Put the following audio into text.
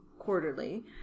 quarterly